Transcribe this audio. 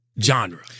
genre